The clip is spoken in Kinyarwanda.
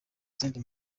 zindi